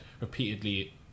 repeatedly